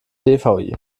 dvi